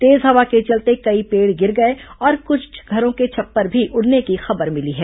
तेज हवा के चलते कई पेड़ गिर गए और कुछ घरों के छप्पर भी उड़ने की खबर मिली है